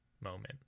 moment